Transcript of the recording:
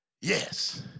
Yes